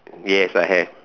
yes I have